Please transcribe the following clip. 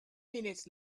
minutes